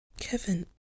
Kevin